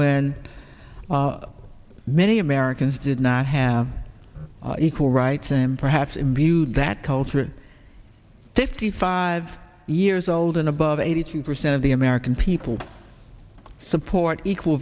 when many americans did not have equal rights and perhaps in view that culture fifty five years old and above eighty two percent of the american people support equal